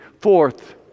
Fourth